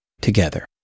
together